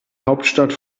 hauptstadt